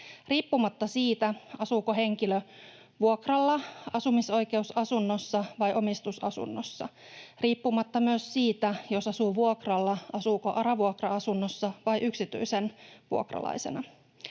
riippumatta siitä, asuuko henkilö vuokralla, asumisoikeusasunnossa vai omistusasunnossa, riippumatta myös siitä, jos asuu vuokralla, asuuko ARA-vuokra-asunnossa vai yksityisen vuokralaisena.